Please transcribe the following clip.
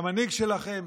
המנהיג שלכם?